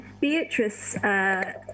Beatrice